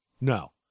No